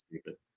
stupid